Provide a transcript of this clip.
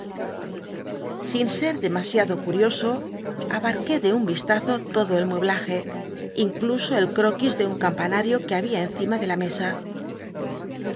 in ser demasiado curioso abarqué de un ristazo todo el mueblaje incluso el croc uis de un campnnnrio que babia encima de la mesa